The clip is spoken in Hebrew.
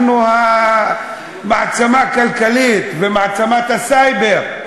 המעצמה הכלכלית ומעצמת הסייבר,